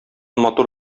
матур